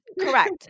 correct